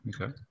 okay